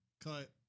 cut